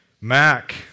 Mac